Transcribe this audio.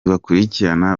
bakurikira